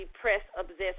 press-obsessed